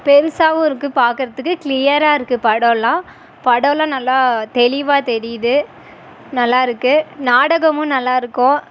பெருசாகவும் இருக்கு பார்க்குறதுக்கு க்ளியராகருக்கு படம்லாம் படம்லாம் நல்லா தெளிவாக தெரியுது நல்லாருக்கு நாடகமும் நல்லாருக்கும்